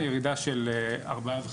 ירידה של 4.5%,